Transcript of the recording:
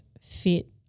fit